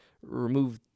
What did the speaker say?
remove